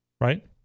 right